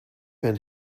been